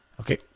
Okay